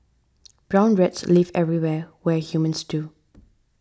brown rats live everywhere where humans do